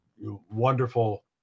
wonderful